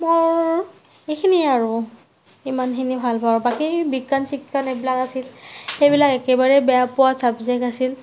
মোৰ এইখিনিয়ে আৰু ইমানখিনি ভালপাওঁ বাকী বিজ্ঞান চিজ্ঞান এইবিলাক আছিল সেইবিলাক একেবাৰে বেয়া পোৱা চাবজেক্ট আছিল